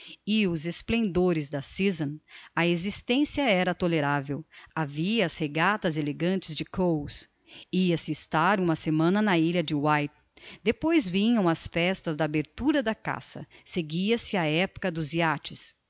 e os esplendores da season a existencia era toleravel havia as regatas elegantes de cowes ia-se estar uma semana na ilha de wight depois vinham as festas da abertura da caça seguia-se a epocha dos